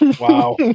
Wow